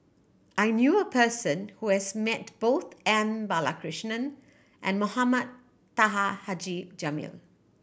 I knew a person who has met both M Balakrishnan and Mohame Taha Haji Jamil